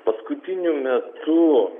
paskutiniu metu